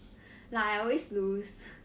like I always lose